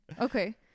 okay